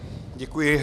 Děkuji.